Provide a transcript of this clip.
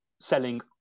selling